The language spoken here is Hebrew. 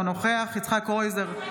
אינו נוכח יצחק קרויזר,